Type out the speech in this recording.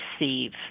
receive